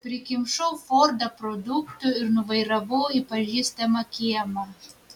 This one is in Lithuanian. prikimšau fordą produktų ir nuvairavau į pažįstamą kiemą